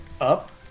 up